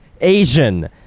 Asian